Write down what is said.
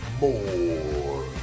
more